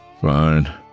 Fine